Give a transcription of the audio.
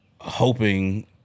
hoping